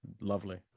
Lovely